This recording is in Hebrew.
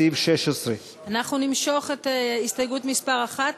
סעיף 16. אנחנו נמשוך את הסתייגות מס' 1,